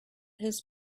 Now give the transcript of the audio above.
his